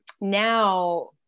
Now